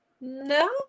No